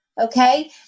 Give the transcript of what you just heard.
okay